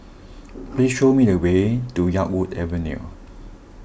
please show me the way to Yarwood Avenue